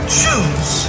choose